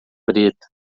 preta